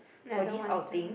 no I don't want to